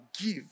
give